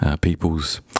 peoples